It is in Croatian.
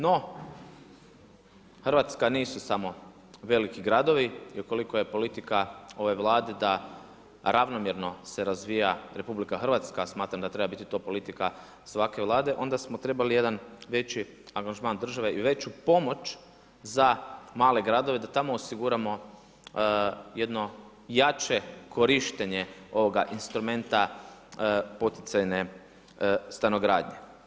No, Hrvatska nisu samo veliki gradovi jer ukoliko politika ove Vlade da ravnomjerno se razvija RH, smatram da treba to bili politika svake Vlade, onda smo trebali jedan veći angažman države i veću pomoć za male gradove da tamo osiguramo jedno jače korištenje ovoga instrumenta poticajne stanogradnje.